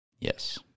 Yes